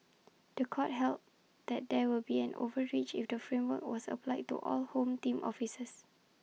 The Court held that there would be an overreach if the framework was applied to all home team officers